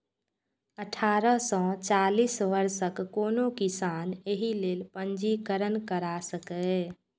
अठारह सं चालीस वर्षक कोनो किसान एहि लेल पंजीकरण करा सकैए